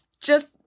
just-